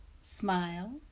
Smile